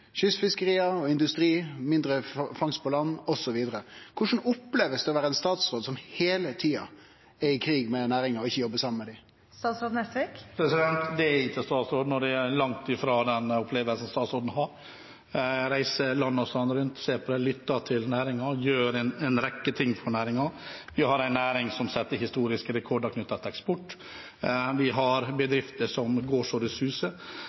kystfiskeri og industri, mindre fangst på land, osv. Korleis opplever statsråden å vere ein statsråd som heile tida er i krig med næringa og ikkje jobbar saman med ho? Det er ikke statsråden, og det er langt ifra den opplevelsen statsråden har. Jeg reiser land og strand rundt, ser på og lytter til næringen og gjør en rekke ting for næringen. Vi har en næring som setter historiske rekorder knyttet til eksport, vi har bedrifter som går